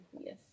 yes